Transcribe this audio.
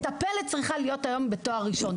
מטפלת צריכה להיות היום עם תואר ראשון,